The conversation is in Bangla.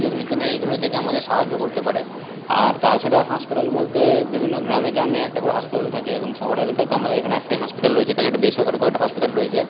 যেগুলি কি না এইগুলি থেকে আমাদের সাহায্য করতে পারে আর তাছাড়া হাসপাতাল বলতে বিভিন্ন গ্রামে গ্রামে একটা করে হাসপাতাল থাকে এবং শহর এলাকায় তো আমাদের এখানে একটাই হাসপাতাল রয়েছে তাই একটা বেসরকারি কয়েকটা হাসপাতাল রয়েছে